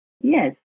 Yes